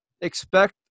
expect